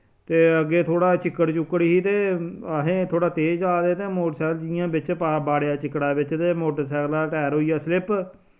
ते अग्गें थोह्ड़ा चिक्कड़ चुक्कड़ ही ते असीं थोह्ड़ा तेज जा'रदे ते मोटरसैकल जि'यां बिच्च बाड़ेआ चिक्कड़ा बिच्च ते मोटरसैकला दा टैर होइया स्लिप